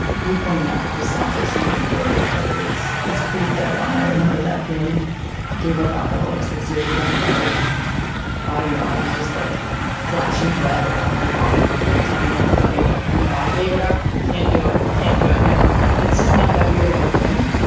you pointing out that this sounds like somebody in early recovery is is pretty dead on i remember that feeling i gave up alcoholics six years ago and felt like i don't know i was just like flashing red around my body like telling everybody that you know i gave it up. can't do it can't do it in it it's just not that weird of a thing.